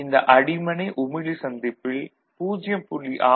இந்த அடிமனை உமிழி சந்திப்பில் 0